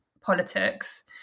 politics